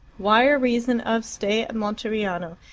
wire reason of stay at monteriano.